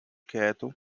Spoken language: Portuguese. quieto